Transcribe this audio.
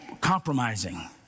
compromising